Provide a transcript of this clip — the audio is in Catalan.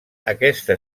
aquesta